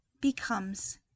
becomes